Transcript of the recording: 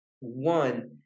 one